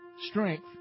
strength